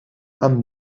amb